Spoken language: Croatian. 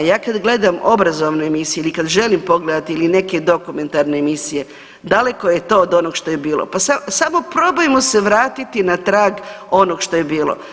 Ja kad gledam obrazovnu emisiju ili kad želim pogledati ili neke dokumentarne emisije, daleko je to od onog što je bilo, pa samo probajmo se vratiti na trag onog što je bilo.